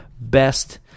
best